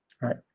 Right